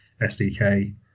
SDK